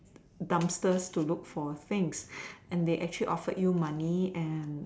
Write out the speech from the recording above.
dumpsters to look for things and they actually offered you money and